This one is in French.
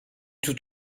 tout